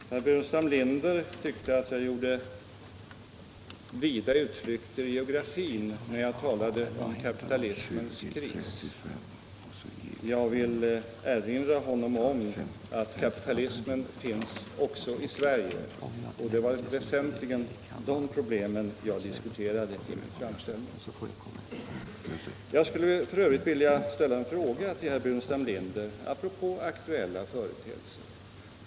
Herr talman! Herr Burenstam Linder tyckte att jag gjorde vida utflykter i geografin, när jag talade om kapitalismens kris. Jag vill erinra honom om att kapitalismen finns också i Sverige, och det var väsentligen svenska problem jag diskuterade i min framställning. Jag skulle f. ö. vilja ställa en fråga till herr Burenstam Linder apropå aktuella företeelser.